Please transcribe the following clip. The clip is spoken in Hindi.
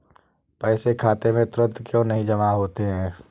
पैसे खाते में तुरंत क्यो नहीं जमा होते हैं?